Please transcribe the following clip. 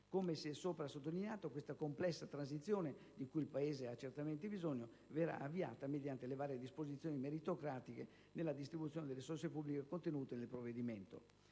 Come ho prima sottolineato, questa complessa transizione, di cui il Paese ha certamente bisogno, verrà avviata mediante le varie disposizioni meritocratiche nella distribuzione delle risorse pubbliche contenute nel provvedimento.